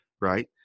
right